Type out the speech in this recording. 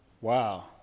Wow